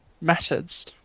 methods